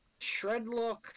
Shredlock